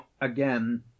again